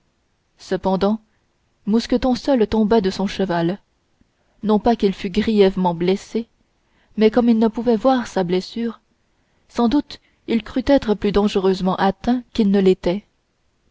cependant mousqueton seul tomba de cheval non pas qu'il fût grièvement blessé mais comme il ne pouvait voir sa blessure sans doute il crut être plus dangereusement blessé qu'il ne l'était